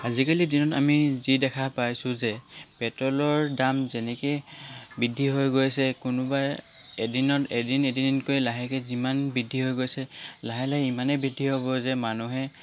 আজিকালি দিনত আমি যি দেখা পাইছোঁ যে পেট্ৰলৰ দাম যেনেকৈ বৃদ্ধি হৈ গৈছে কোনোবাই এদিনত এদিন এদিনকৈ লাহেকে যিমান বৃদ্ধি হৈ গৈছে লাহে লাহে সিমানেই বৃদ্ধি হ'ব যে মানুহে